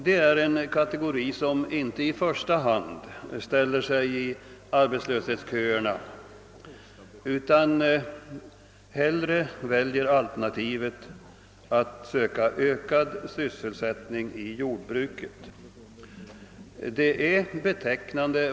Det är en kategori som inte i första hand ställer sig i arbetslöshetsköerna utan hellre väljer alternativet att söka ökad sysselsättning i jordbruket.